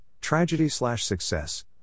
tragedy-slash-success